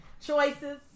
choices